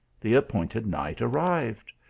the appointed night arrived.